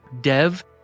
Dev